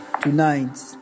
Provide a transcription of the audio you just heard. Tonight